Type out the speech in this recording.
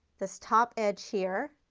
this top edge here,